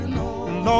Lord